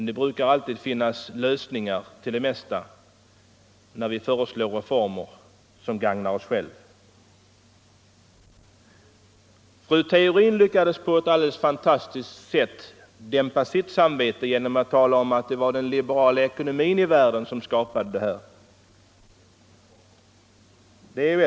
Det brukar alltid finnas lösningar på det mesta — när vi föreslår reformer som gagnar oss själva! Fru Theorin lyckades på ett alldeles fantastiskt sätt dämpa sitt samvete genom att tala om att det var den liberala ekonomin i världen som skapade de rådande förhållandena.